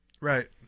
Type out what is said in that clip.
Right